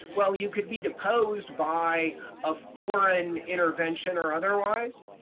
well, you could be deposed by a foreign intervention or otherwise.